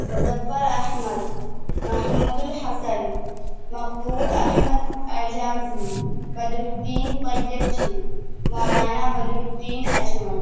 مظفر احمد محمود الحسن مقبول احمد اعجازی بدرالدین قدب جی مولانا بدرالدین اجمل